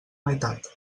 meitat